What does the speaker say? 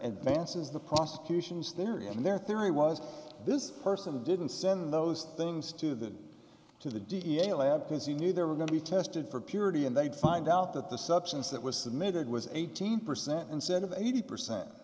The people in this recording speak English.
advances the prosecution's theory and their theory was this person didn't send those things to the to the d n a lab because he knew they were going to be tested for purity and they'd find out that the substance that was submitted was eighteen percent instead of eighty percent